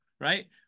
Right